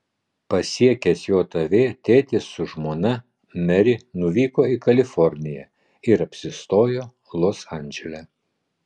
pasiekęs jav tėtis su žmona meri nuvyko į kaliforniją ir apsistojo los andžele